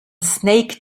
snake